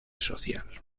social